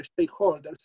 stakeholders